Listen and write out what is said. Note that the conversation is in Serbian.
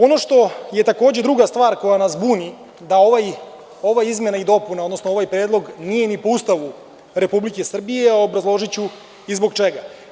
Ono što je takođe druga stvar koja nas buni je da ova izmena i dopuna, odnosno ovaj predlog nije po Ustavu RS, a obrazložiću i zbog čega.